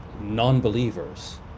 non-believers